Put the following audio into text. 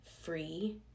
free